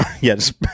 yes